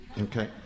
okay